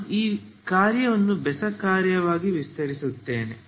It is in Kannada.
ನಾನು ಈ ಕಾರ್ಯವನ್ನು ಬೆಸ ಕಾರ್ಯವಾಗಿ ವಿಸ್ತರಿಸುತ್ತೇನೆ